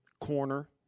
corner